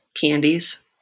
candies